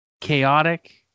Chaotic